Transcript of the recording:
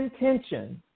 intention